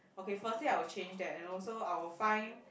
okay first day I will change that you know so I would find